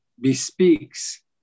bespeaks